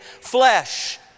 flesh